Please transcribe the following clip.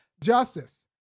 justice